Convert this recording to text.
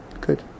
Good